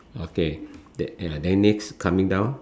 okay ya then next coming down